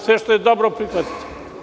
Sve što je dobro prihvatićemo.